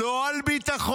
לא על ביטחון,